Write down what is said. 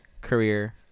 career